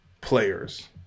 players